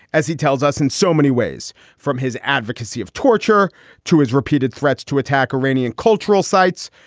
as he tells us in so many ways from his advocacy of torture to his repeated threats to attack iranian cultural sites,